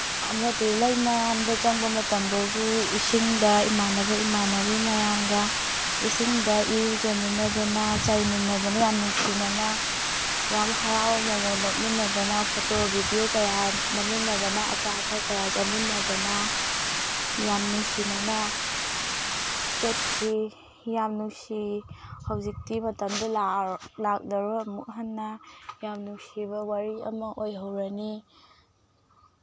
ꯑꯃꯗꯤ ꯂꯩꯃꯔꯥꯝꯗ ꯆꯪꯕ ꯃꯇꯝꯗꯁꯨ ꯏꯁꯤꯡꯗ ꯏꯃꯥꯟꯅꯕ ꯏꯃꯥꯟꯅꯕꯤ ꯃꯌꯥꯝꯒ ꯏꯁꯤꯡꯗ ꯏꯔꯨꯖꯃꯤꯟꯅꯗꯅ ꯆꯥꯏꯃꯤꯟꯅꯗꯅ ꯌꯥꯝ ꯅꯨꯡꯁꯤꯅꯅ ꯌꯥꯝ ꯍꯔꯥꯎ ꯃꯃꯣꯟ ꯅꯣꯛꯃꯤꯟꯅꯗꯅ ꯐꯣꯇꯣ ꯚꯤꯗꯤꯌꯣ ꯀꯌꯥ ꯅꯝꯃꯤꯟꯅꯗꯅ ꯑꯆꯥ ꯑꯊꯛ ꯀꯌꯥ ꯆꯥꯃꯤꯟꯅꯗꯅ ꯌꯥꯝ ꯅꯨꯡꯁꯤꯅꯅ ꯆꯠꯈꯤ ꯌꯥꯝ ꯅꯨꯡꯁꯤ ꯍꯧꯖꯤꯛꯇꯤ ꯃꯇꯝꯗꯣ ꯂꯥꯛꯂꯔꯣꯏ ꯑꯃꯨꯛ ꯍꯟꯅ ꯌꯥꯝ ꯅꯨꯡꯁꯤꯕ ꯋꯥꯔꯤ ꯑꯃ ꯑꯣꯏꯍꯧꯔꯅꯤ